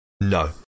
No